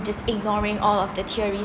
just ignoring all of the theory